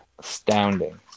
Astounding